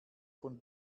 von